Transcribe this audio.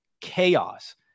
chaos